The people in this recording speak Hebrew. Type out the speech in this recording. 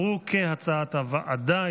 כהצעת הוועדה,